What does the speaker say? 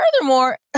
furthermore